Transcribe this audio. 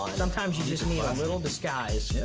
um sometimes you just need a little disguise. yeah